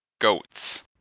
goats